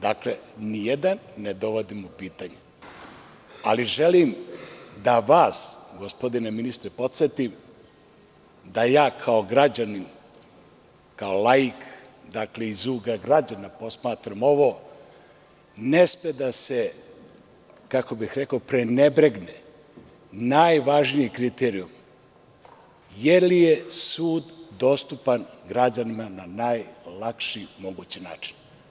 Dakle, nijedan ne dovodim u pitanje, ali želim da vas, gospodine ministre, podsetim da ja kao građanin, kao laik, dakle iz ugla građana posmatram ovo, ne sme da se, kako bih rekao prenebretne najvažniji kriterijum - da li je sud dostupan građanima na najlakši mogući način.